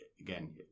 again